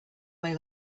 may